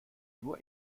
nur